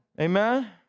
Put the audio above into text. Amen